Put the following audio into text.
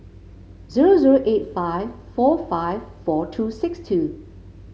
zero zero eight five four five four two six two